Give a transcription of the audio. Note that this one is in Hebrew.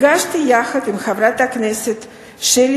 הגשתי יחד עם חברתי חברת הכנסת שלי